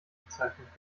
bezeichnet